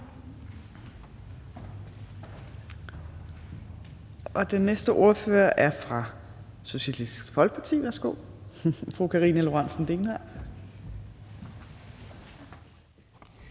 Den næste ordfører er fra Socialistisk Folkeparti. Værsgo til fru Karina Lorentzen Dehnhardt.